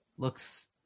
looks